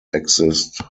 exist